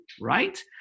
right